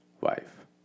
wife